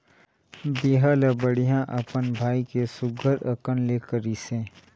बिहा ल बड़िहा अपन भाई के सुग्घर अकन ले करिसे